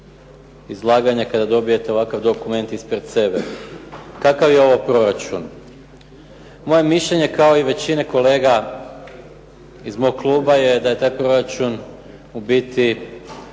izlaganja, kada dobijete ovakav dokument ispred sebe? Kakav je ovo proračun? Moje je mišljenje, kao i većine kolega iz mog kluba je da je taj proračun u biti